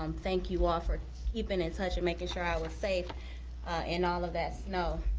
um thank you all for keeping in touch and making sure i was safe in all of that snow.